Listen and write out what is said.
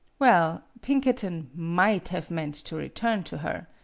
well, pinkerton might have meant to re turn to her.